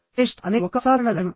శ్రేష్ఠత అనేది ఒక అసాధారణ లక్షణం